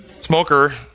Smoker